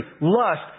lust